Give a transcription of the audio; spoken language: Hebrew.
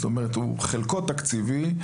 חלקו תקציבי,